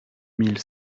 mille